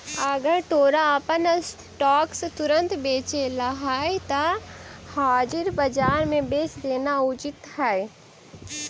अगर तोरा अपन स्टॉक्स तुरंत बेचेला हवऽ त हाजिर बाजार में बेच देना उचित हइ